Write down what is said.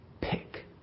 pick